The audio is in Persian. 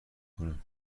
کنه